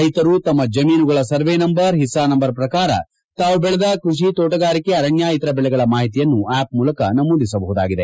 ರೈತರು ತಮ್ಮ ಜಮೀನುಗಳ ಸರ್ವೆ ನಂಬರ್ ಹಿಸ್ಲಾ ನಂಬರ್ ಪ್ರಕಾರ ತಾವು ಬೆಳೆದ ಕೃಷಿ ತೋಟಗಾರಿಕೆ ಅರಣ್ಯ ಇತರ ಬೆಳೆಗಳ ಮಾಹಿತಿಯನ್ನು ಆಪ್ ಮೂಲಕ ನಮೂದಿಸಬಹುದಾಗಿದೆ